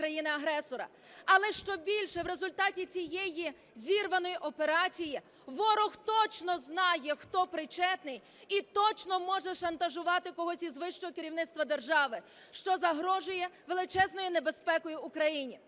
Але, що більше, в результаті цієї зірваної операції ворог точно знає, хто причетний, і точно може шантажувати когось із вищого керівництва держави, що загрожує величезною небезпекою Україні.